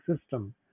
system